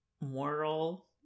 moral